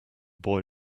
boy